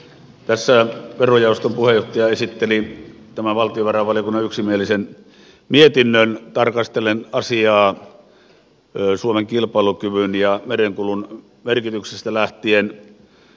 tässä verojaoston puheenjohtaja esitteli tämän valtiovarainvaliokunnan yksimielisen mietinnön tarkastellen asiaa suomen kilpailukyvyn ja merenkulun merkityksestä lähtien